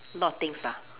a lot of things lah